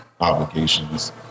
obligations